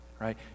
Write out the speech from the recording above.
right